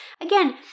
again